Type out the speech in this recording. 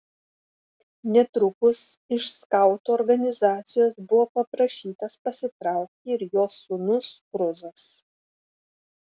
netrukus iš skautų organizacijos buvo paprašytas pasitraukti ir jos sūnus kruzas